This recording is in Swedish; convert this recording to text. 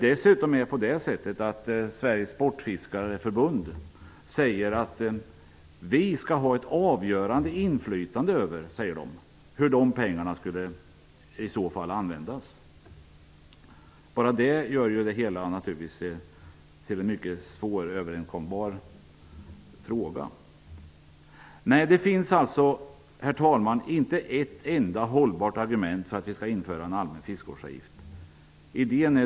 Dessutom uttalar Sveriges Sportfiskareförbund att det skall ha ett avgörande inflytande över hur de här pengarna i så fall skulle användas. Bara det gör att det blir mycket svårt att komma överens i denna fråga. Det finns alltså, herr talman, inte ett enda hållbart argument för införande av en allmän fiskevårdsavgift.